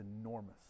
enormous